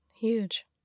Huge